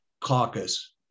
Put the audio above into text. Caucus